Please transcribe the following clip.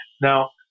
Now